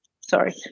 sorry